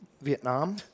Vietnam